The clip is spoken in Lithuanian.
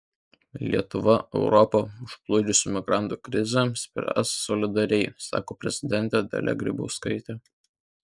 lietuva europą užplūdusių migrantų krizę spręs solidariai sako prezidentė dalia grybauskaitė